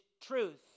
truth